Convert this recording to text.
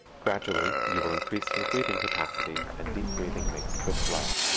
gradually you will increase your breathing capacity and deep breathing makes good blood.